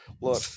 Look